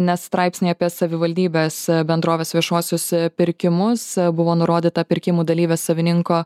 nes straipsnį apie savivaldybės bendrovės viešuosius pirkimus buvo nurodyta pirkimų dalyvės savininko